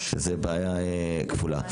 שזו בעיה כפולה.